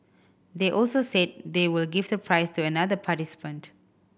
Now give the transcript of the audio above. they also said they will give the prize to another participant